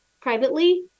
privately